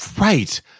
Right